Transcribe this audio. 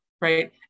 right